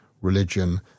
religion